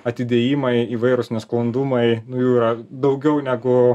atidėjimai įvairūs nesklandumai nu jų yra daugiau negu